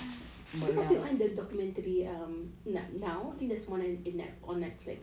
abeh kau tengok kan the documentary um now I think that's one in on on netflix